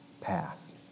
path